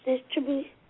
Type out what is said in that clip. distribution